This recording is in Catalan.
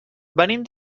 venim